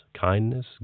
kindness